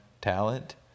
talent